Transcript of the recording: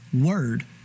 word